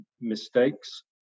mistakes